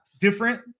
different